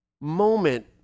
moment